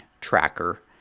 tracker